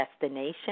destination